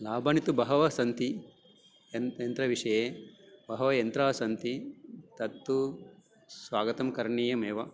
लाभाः तु बहवः सन्ति यन्त्रं यन्त्रविषये बहवः यन्त्राः सन्ति तत्तु स्वागतं करणीयमेव